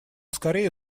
скорее